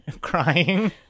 crying